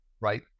right